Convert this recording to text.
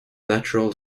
natural